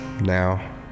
now